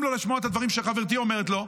לו לשמוע את הדברים שחברתי אומרת לו,